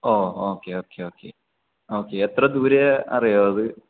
O okay okay okay okay എത്ര ദൂരയാണ് അറിയോ അത്